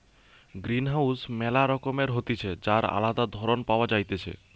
greenhouse ম্যালা রকমের হতিছে যার আলদা ধরণ পাওয়া যাইতেছে